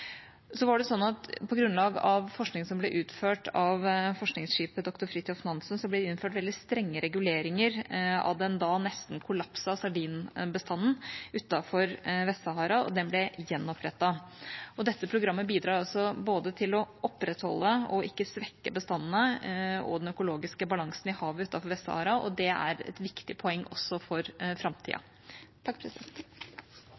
forskning som ble utført av forskningsskipet «Dr. Fridtjof Nansen», ble det innført veldig strenge reguleringer av den da nesten kollapsede sardinbestanden utenfor Vest-Sahara. Den ble gjenopprettet. Dette programmet bidrar til å opprettholde og ikke svekke bestandene og den økologiske balansen i havet utenfor Vest-Sahara. Det er et viktig poeng også for